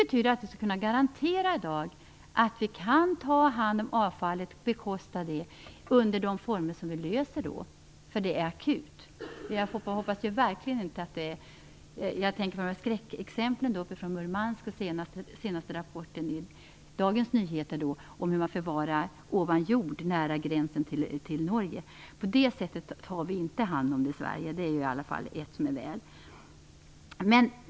På det sättet kan vi i dag garantera finansieringen av avfallets kostnader. Detta är nämligen akut. Jag tänker på olika skräckexempel som finns, bl.a. på den senaste rapporten i Dagens Nyheter om hur man i Murmansk förvarar avfall ovan jord nära gränsen till Norge. Det är ju väl att vi inte tar hand om avfallet på det sättet i Sverige.